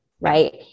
Right